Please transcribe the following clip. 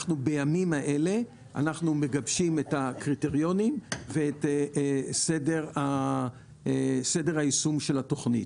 אנחנו בימים אלה מגבשים את הקריטריונים ואת סדר היישום של התוכנית.